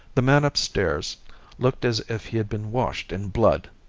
the man upstairs looked as if he had been washed in blood.